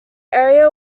area